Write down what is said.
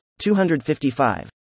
255